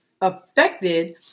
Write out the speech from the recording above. affected